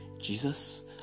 Jesus